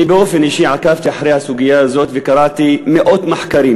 אני באופן אישי עקבתי אחרי הסוגיה הזאת וקראתי מאות מחקרים.